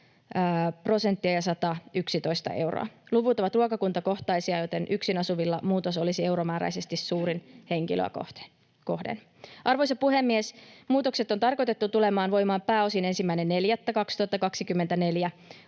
prosenttia ja 111 euroa. Luvut ovat ruokakuntakohtaisia, joten yksinasuvilla muutos olisi euromääräisesti suurin henkilöä kohden. Arvoisa puhemies! Muutokset ovat tarkoitettu tulemaan voimaan pääosin 1.4.2024.